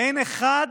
האין אחד"